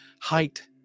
height